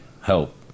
help